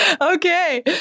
Okay